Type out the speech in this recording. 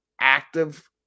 active